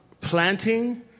Planting